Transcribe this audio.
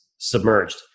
Submerged